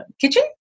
kitchen